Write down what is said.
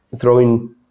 throwing